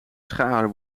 schaar